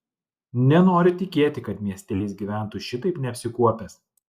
nenoriu tikėti kad mieste jis gyventų šitaip neapsikuopęs